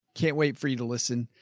can't wait for you to listen,